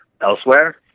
elsewhere